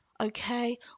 okay